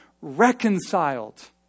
reconciled